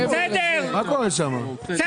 אבל,